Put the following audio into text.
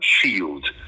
shield